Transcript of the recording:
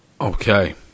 Okay